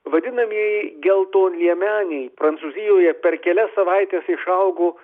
vadinamieji geltonliemeniai prancūzijoje per kelias savaites išaugo